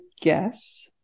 guess